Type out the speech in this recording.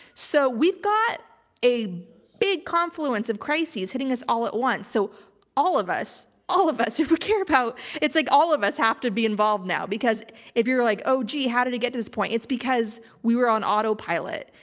so we've got a big confluence of crises hitting us all at once. so all of us, all of us, if we care about, it's like all of us have to be involved now because if you're like, oh gee, how did it get to this point? it's because we were on autopilot.